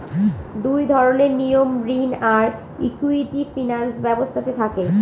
দুই ধরনের নিয়ম ঋণ আর ইকুইটি ফিনান্স ব্যবস্থাতে থাকে